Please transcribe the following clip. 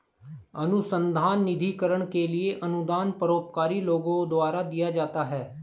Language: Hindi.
अनुसंधान निधिकरण के लिए अनुदान परोपकारी लोगों द्वारा दिया जाता है